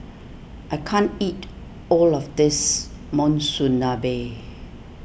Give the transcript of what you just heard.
I can't eat all of this Monsunabe